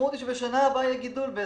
המשמעות היא שבשנה הבאה יהיה גידול של